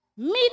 Meet